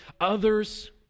others